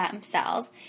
cells